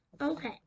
Okay